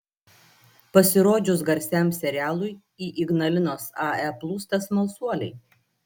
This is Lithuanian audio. pasirodžius garsiam serialui į ignalinos ae plūsta smalsuoliai